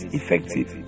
effective